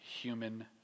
human